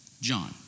John